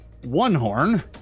Onehorn